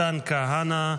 מתן כהנא,